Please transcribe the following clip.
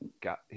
got